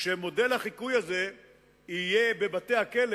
כשמודל החיקוי הזה יהיה בבתי-הכלא